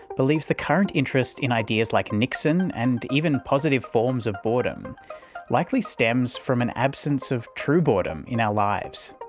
believes the current interest in ideas like niksen and even positive forms of boredom likely stems from an absence of true boredom in our lives.